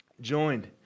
joined